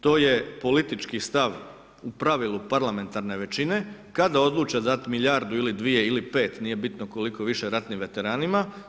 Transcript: To je politički stav u pravilu parlamentarne većine, kada odluče dati milijardu ili dvije ili pet nije bitno koliko više ratnim veteranima.